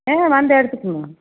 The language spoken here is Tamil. ஆ வந்து எடுத்துக்குங்க